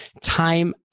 time